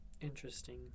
interesting